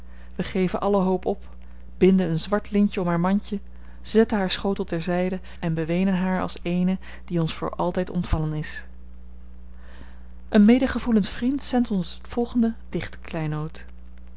wij geven alle hoop op binden een zwart lint om haar mandje zetten haar schotel ter zijde en beweenen haar als ééne die ons voor altijd ontvallen is een medegevoelend vriend zendt ons het volgende